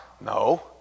No